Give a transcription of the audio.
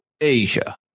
Asia